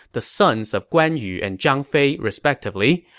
the sons of guan yu and zhang fei respectively,